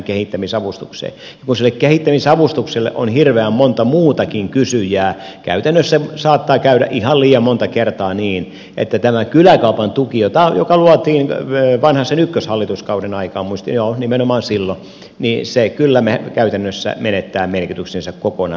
ja kun sille kehittämisavustukselle on hirveän monta muutakin kysyjää käytännössä saattaa käydä ihan liian monta kertaa niin että tämä kyläkaupan tuki joka luotiin vanhasen ykköshallituskauden aikaan muistaakseni joo nimenomaan silloin kyllä käytännössä menettää merkityksensä kokonaan